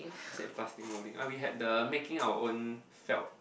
save plastic molding uh we had the making our own felt